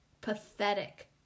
pathetic